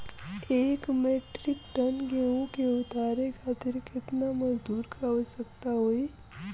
एक metric ton गेहूँ के उतारे खातीर कितना मजदूर क आवश्यकता होई?